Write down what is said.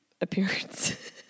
appearance